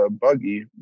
buggy